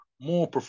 more